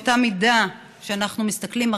באותה מידה שאנחנו מסתכלים,